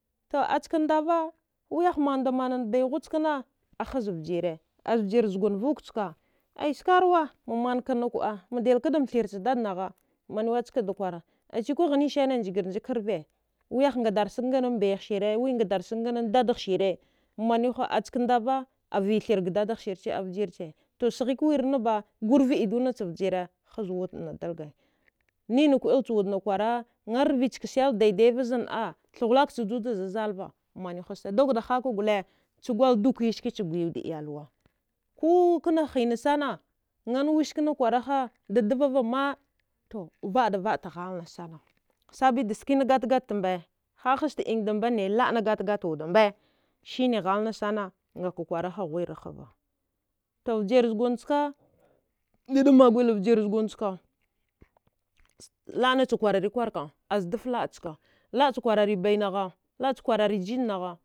To askandava wiyah mandamanan baighuwa chkana ahaz vjire azvjir zgun vokchka ai skarwa mamankana kuəa madilkjadam thirch dadnagha wanwe ksada kwara achikwa ghanisane njgirnjak karve wiyah ngadarsag nganan baihsire wingadarsagnganan dadaghsire maniwha askandava avaithirga dadahsirche avjirche sghikwirnaba gurva ido nichavjire hazwudna dalga nina kuəil chuwadna kwara ngan rvichka sildaidaiva zannəa thaghulakcha juza zalva maniwhasta dukda haka gole chaguwal dukiya skacha guyawud iyalwa kukna hinasana ngan wiskna kwaraha da dva vama to vaədavaəta ghalnasana sabida skina gatgattamba hahasta ingaba nai skina gatagatta wudambe sine ghalna sana ngakakwaraha ghuwirra hava to vjir zgwan chka dadamaguila vjir zgun chka laənacha kwararikwarka azdaf naəchka laəcha kwarari bainagha laəcha kwarari jijnagha.